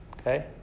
Okay